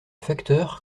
facteur